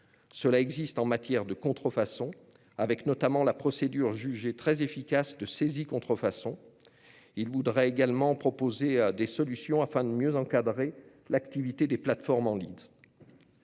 Cela existe en matière de contrefaçon. Je pense, par exemple, à la procédure jugée très efficace de saisie-contrefaçon. Ils voudraient également proposer des solutions afin de mieux encadrer l'activité des plateformes en ligne.